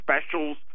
specials